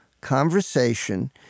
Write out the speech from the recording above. conversation